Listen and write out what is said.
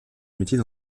métier